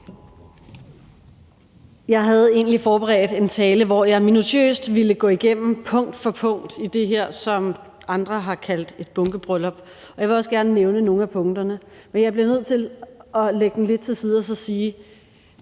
Jeg havde egentlig forberedt en tale, hvori jeg minutiøst punkt for punkt ville gå igennem det her forslag, som andre har kaldt et bunkebryllup. Og jeg vil også gerne nævne nogle af punkterne, men jeg bliver nødt til at lægge dem lidt til side og sige,